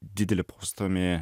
didelį postūmį